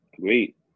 great